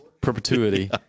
perpetuity